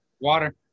water